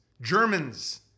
Germans